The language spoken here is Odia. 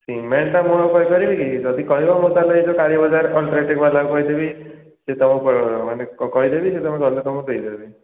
ସିମେଣ୍ଟଟା ମୁଁ ଆଉ କହିପାରିବି କି ଯଦି କହିବ ମୁଁ ତା'ହେଲେ କାଳୀ ବଜାର କଂଟ୍ରାଟ୍ରିବାଲାକୁ କହିଦେବି ସେ ତୁମକୁ ମାନେ କହିଦେବି ସେ ତୁମକୁ ଗଲେ ତୁମକୁ ଦେଇଦେବେ